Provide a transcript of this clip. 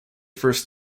first